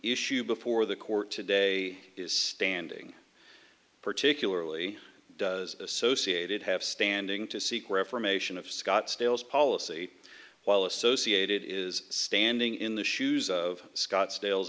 issue before the court today is standing particularly does associated have standing to seek reformation of scottsdale policy while associated is standing in the shoes of scott